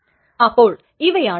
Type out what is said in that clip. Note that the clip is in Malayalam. കാരണം ഇത് ഒപ്പ്സല്യൂട്ട് നിയമം ആണ്